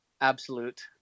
absolute